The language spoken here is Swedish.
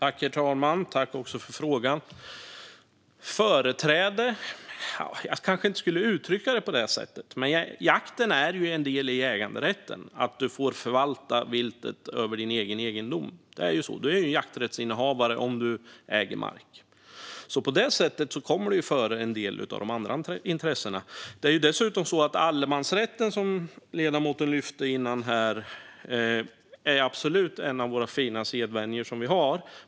Herr talman! Jag tackar för frågan. Jag skulle kanske inte uttrycka det som företräde. Men jakten är en del av äganderätten. Du får förvalta viltet på din egen egendom. Du är jakträttsinnehavare om du äger mark. På det sättet kommer det före en del av de andra intressena. Allemansrätten, som ledamoten lyfte fram tidigare, är absolut en av våra fina sedvänjor.